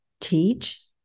teach